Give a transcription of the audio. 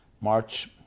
March